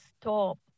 stop